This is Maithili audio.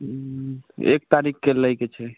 हुँ एक तारीखके लैके छै